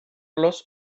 los